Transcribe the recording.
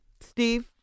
Steve